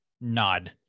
nod